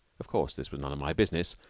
of course this was none of my business,